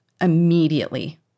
immediately